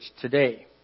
today